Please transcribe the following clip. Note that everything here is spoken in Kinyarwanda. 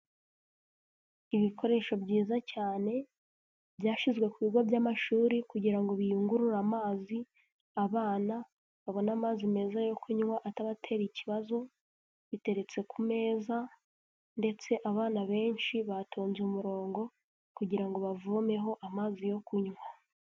Ibikoresho byiza cyane byashyizwe ku bigo by'amashuri kugirango biyungurure amazi abana babone amazi meza yo kunywa ataratera ikibazo biteretse ku meza ndetse abana benshi batonze umurongo kugirango bavomeho amazi yo kunywa.